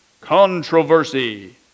Controversy